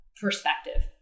perspective